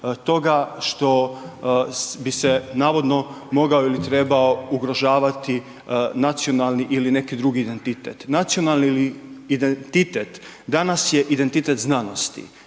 toga što bi se navodno mogao ili trebao ugrožavati nacionalni ili neki drugi identitet. Nacionalni identitet danas je identitet znanosti,